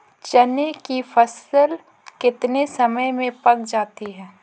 चने की फसल कितने समय में पक जाती है?